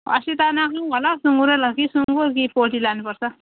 खसी त नखाउँ होला हौ सुँगुरै ल कि सुँगुर कि पोल्ट्री लानुपर्छ